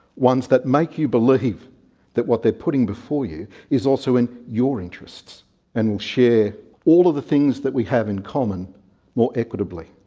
ones that make you believe that what they're putting before you is also in your interests and will share all of the things we have in common more equitably.